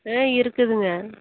ம் இருக்குதுங்க